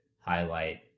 highlight